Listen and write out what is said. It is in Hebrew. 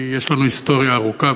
כי יש לנו היסטוריה ארוכה,